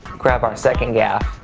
grab our second gaff,